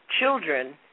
children